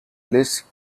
lists